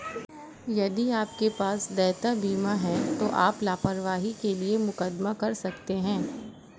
यदि आपके पास देयता बीमा है तो आप लापरवाही के लिए मुकदमा कर सकते हैं